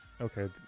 okay